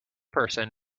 person